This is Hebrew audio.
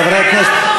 חברי הכנסת,